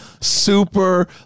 super